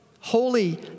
holy